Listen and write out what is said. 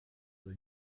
the